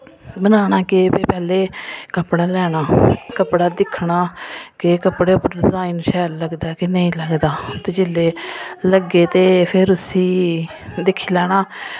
बनाना केह् भाई पैह्ले कपड़ा लैना कपड़ा दिक्खना के कपड़े पर डिजाइन शैल लगदा के नेईं लगदा ते जिल्लै लग्गे ते फिर उस्सी दिक्खी लैना